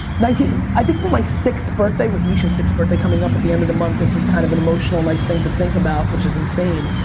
i think for my sixth birthday, with misha's sixth birthday coming up at the end of the month, this is kind of an emotional nice thing to think about. which is insane.